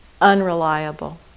unreliable